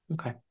okay